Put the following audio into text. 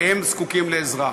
והם זקוקים לעזרה.